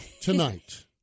tonight